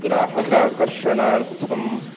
ग्राहकाकर्षणार्थं